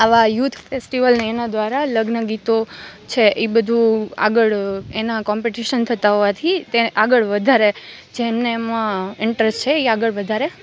આવા યૂથ ફેસ્ટિવલને એના દ્વારા લગ્ન ગીતો છે ઈ બધુ આગળ એના કોમ્પીટીશન થતાં હોવાથી તે આગળ વધારે જેને એમાં ઇન્ટરેસ્ટ છે ઈ આગળ વધારે